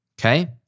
okay